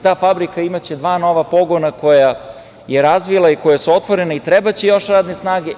Ta fabrika imaće dva nova pogona koja je razvila i koja su otvorena i trebaće još radne snage.